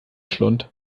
schlund